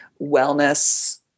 wellness